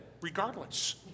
regardless